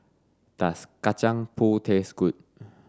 does kacang pool taste good